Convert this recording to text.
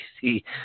see